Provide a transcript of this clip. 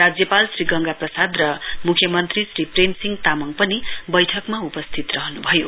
राज्यपाल श्री गंगा प्रसाद र मुख्यमन्त्री श्री प्रेमसिंह तामङ पनि बैठकमा उपस्थित रहनु भयो